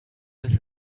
this